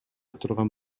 турган